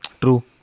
True